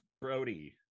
Brody